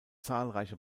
zahlreiche